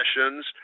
sessions